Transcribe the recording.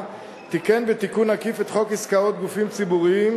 תיקן תיקון עקיף את חוק עסקאות גופים ציבוריים,